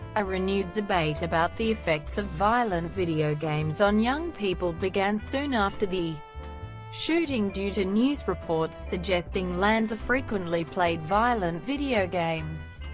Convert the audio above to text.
a renewed debate about the effects of violent video games on young people began soon after the shooting due to news reports suggesting lanza frequently played violent video games.